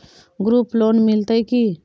Group loan मिलतै की?